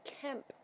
Kemp